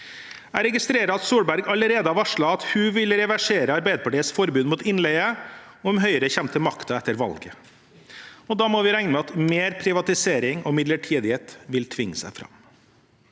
Jeg registrerer at Solberg allerede har varslet at hun vil reversere Arbeiderpartiets forbud mot innleie om Høyre kommer til makten etter valget. Da må vi regne med at mer privatisering og midlertidighet vil tvinge seg fram.